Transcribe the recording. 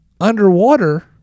underwater